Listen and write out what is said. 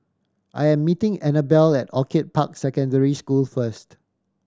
I am meeting Annabel at Orchid Park Secondary School first